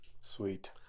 Sweet